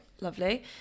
Lovely